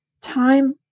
time